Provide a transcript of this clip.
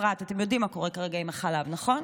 בפרט אתם יודעים מה קורה כרגע עם החלב, נכון?